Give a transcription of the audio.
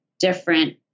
different